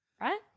Right